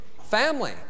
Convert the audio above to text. family